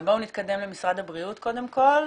בואו נתקדם למשרד הבריאות קודם כל.